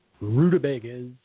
rutabagas